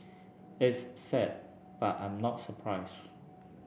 it's sad but I'm not surprised